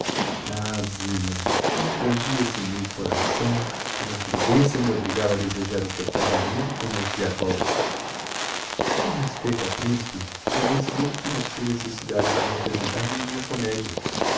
sei ah zina confrangia se me o coração quando a prudencia me obrigava a desejar o teu casamento com o mozgliakov com respeito ao principe com esse não tinhas tu necessidade de representar nenhuma comedia